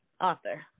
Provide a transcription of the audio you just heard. author